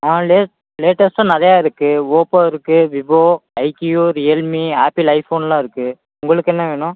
all days லேட்டஸ்ட்டாக நிறைய இருக்குது ஒப்போ இருக்குது Vivo iQOO Realme Apple iPhone எல்லாம் இருக்குது உங்களுக்கு என்ன வேணும்